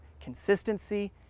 Consistency